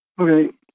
Okay